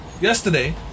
yesterday